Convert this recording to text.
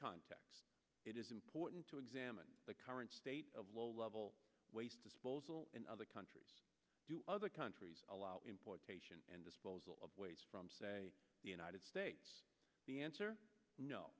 context it is important to examine the current state of low level waste disposal in other countries other countries allow importation and disposal of waste from the united states the answer no